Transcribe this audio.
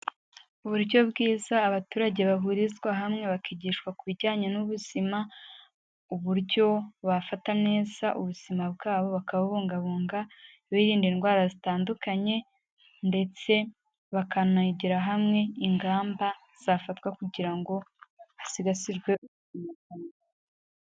Uburyo bwiza abaturage bahurizwa hamwe bakigishwa ku bijyanye n'ubuzima, uburyo bafata neza ubuzima bwabo bakabubungabunga, birinda indwara zitandukanye ndetse bakanagira hamwe ingamba zafatwa kugira ngo hasigasirwe ubuzima.